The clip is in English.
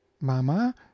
Mama